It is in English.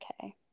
Okay